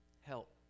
help